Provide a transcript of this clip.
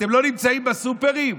אתם לא נמצאים בסופרים?